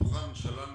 מתוכן שללנו